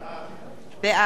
שלי יחימוביץ,